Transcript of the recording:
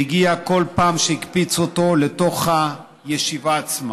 שהגיע כל פעם שהקפיצו אותו לתוך הישיבה עצמה,